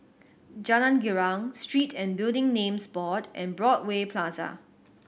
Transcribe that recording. Jalan Girang Street and Building Names Board and Broadway Plaza